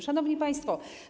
Szanowni Państwo!